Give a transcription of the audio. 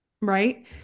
Right